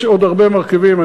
יש עוד הרבה מרכיבים.